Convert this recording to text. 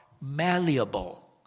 malleable